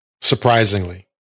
surprisingly